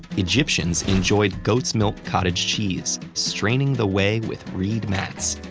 egyptians enjoyed goats' milk cottage cheese, straining the whey with reed mats.